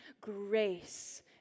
grace